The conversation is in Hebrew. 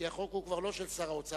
כי החוק הוא כבר לא של שר האוצר,